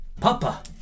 Papa